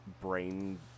brain